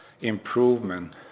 improvement